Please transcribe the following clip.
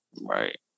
Right